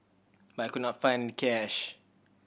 but I could not find cash